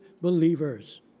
believers